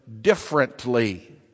differently